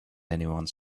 anyone